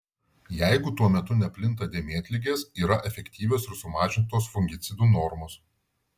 jeigu tuo metu neplinta dėmėtligės yra efektyvios ir sumažintos fungicidų normos